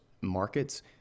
markets